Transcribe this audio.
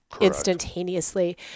instantaneously